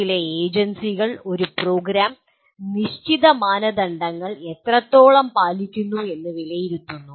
ചില ഏജൻസികൾ ഒരു പ്രോഗ്രാം നിശ്ചിത മാനദണ്ഡങ്ങൾ എത്രത്തോളം പാലിക്കുന്നു എന്ന് വിലയിരുത്തുന്നു